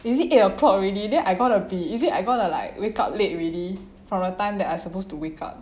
is it eight o'clock already then I got to be is it I got up like wake up late already from the time that I supposed to wake up